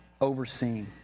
overseeing